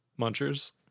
munchers